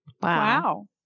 Wow